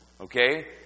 Okay